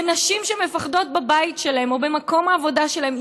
ונשים שמפחדות בבית שלהן או במקום העבודה שלהן,